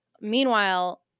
Meanwhile